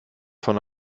von